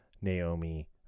naomi